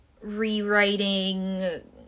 rewriting